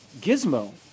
Gizmo